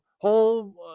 whole